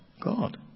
God